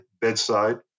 bedside